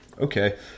Okay